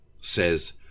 says